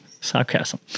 sarcasm